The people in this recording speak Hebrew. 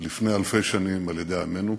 לפני אלפי שנים על-ידי עמנו,